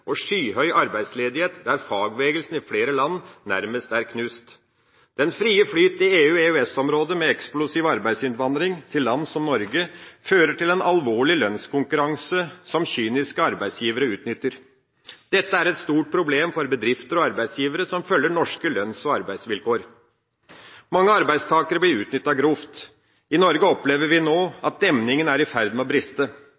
og skyhøy arbeidsledighet, og fagbevegelsen i flere land er nærmest knust. Den frie flyt i EU- og EØS-området med eksplosiv arbeidsinnvandring til land som Norge, fører til en alvorlig lønnskonkurranse som kyniske arbeidsgivere utnytter. Dette er et stort problem for bedrifter og arbeidsgivere som følger norske lønns- og arbeidsvilkår. Mange arbeidstakere blir utnyttet grovt. I Norge opplever vi